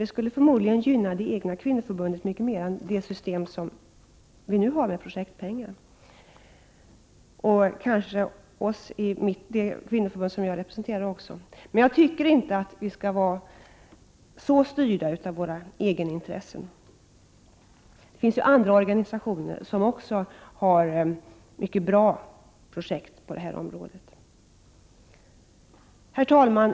Det skulle förmodligen gynna det egna kvinnoförbundet mycket mera än det system som vi nu har med projektpengar — kanske även det kvinnoförbund jag representerar. Men jag tycker inte att vi skall vara så styrda av våra egenintressen. Det finns andra organisationer som också har mycket bra projekt på detta område. Herr talman!